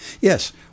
Yes